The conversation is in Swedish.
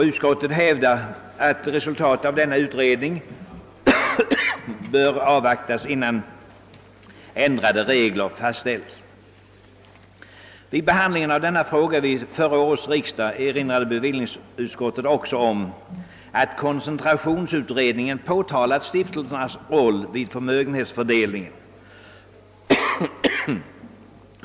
Utskottet hävdar att resultatet av denna bör avvaktas, innan ändrade regler fastställs. Vid behandlingen av denna fråga vid förra årets riksdag erinrade bevillningsutskottet också om att koncentrationsutredningen påtalat stiftelsernas roll vid förmögenhetsfördelningen.